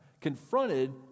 confronted